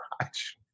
Watch